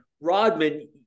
Rodman